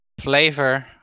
flavor